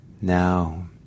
now